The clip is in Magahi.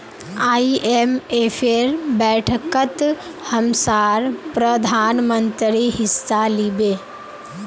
आईएमएफेर बैठकत हमसार प्रधानमंत्री हिस्सा लिबे